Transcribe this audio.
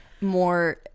more